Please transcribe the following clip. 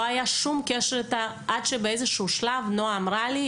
לא היה שום קשר איתה עד שבאיזשהו שלב נועה אמרה לי,